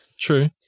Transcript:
true